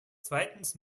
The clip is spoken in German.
zweitens